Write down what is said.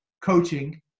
coaching